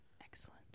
Excellent